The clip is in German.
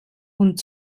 und